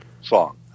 song